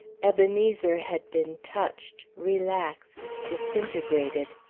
ebenezer had been touched, relaxed, disintegrated.